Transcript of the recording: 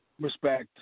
Respect